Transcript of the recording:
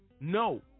no